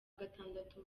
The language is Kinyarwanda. gatandatu